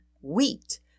Wheat